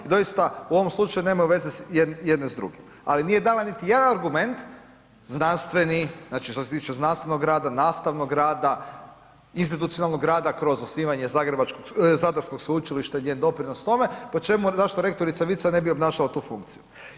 I doista, u ovom slučaju nemaju veze jedne s drugim, ali nije dala niti jedan argument, znanstveni, znači što se tiče znanstvenog rada, nastavnog rada, institucionalnog rada kroz osnivanja zadarskog sveučilišta i njen doprinos tome, po čemu, zašto rektorica Vican ne bi obnašala tu funkciju?